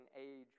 age